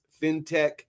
fintech